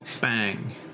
Bang